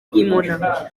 llimona